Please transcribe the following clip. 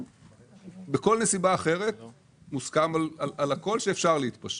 בכל נסיבה אחרת מוסכם על הכול שאפשר להתפשר.